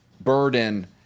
burden